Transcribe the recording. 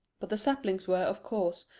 but the saplings were, of course,